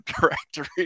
directory